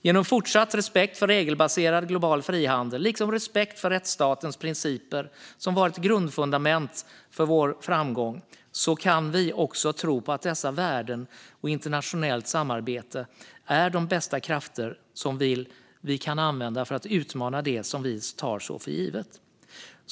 Genom fortsatt respekt för regelbaserad global frihandel, liksom respekt för rättsstatens principer, som varit grundfundament för vår framgång, kan vi också tro på att dessa värden och internationellt samarbete är de bästa krafter som vi kan använda för att utmana det som vi tar så för givet.